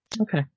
Okay